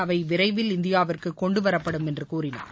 அவை விரைவில் இந்தியாவிற்கு கொண்டு வரப்படும் என்று கூறினார்